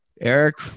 Eric